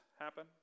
happen